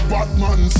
Batman